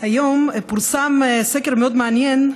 היום פורסם סקר מאוד מעניין,